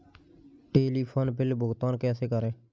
Telephone bill का भुगतान कैसे करें?